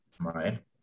right